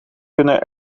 kunnen